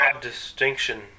distinction